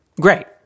great